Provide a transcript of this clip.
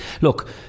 look